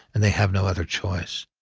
and they have no other choice.